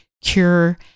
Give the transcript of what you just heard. cure